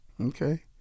Okay